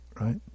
right